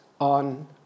on